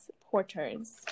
porters